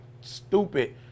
stupid